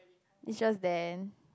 is just there